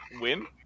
win